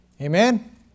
Amen